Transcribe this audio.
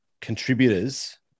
contributors